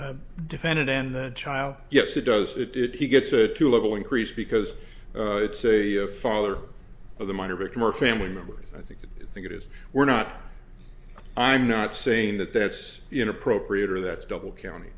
defendant and that child yes it does it it he gets a two level increase because it's a father of the minor victim or family members i think i think it is we're not i'm not saying that that's inappropriate or that's double count